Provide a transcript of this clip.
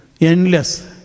Endless